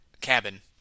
cabin